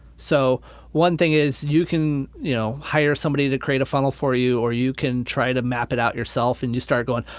so one thing is you can, you know, hire somebody to create a funnel for you or you can try to map it out yourself and you start going,